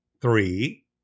Three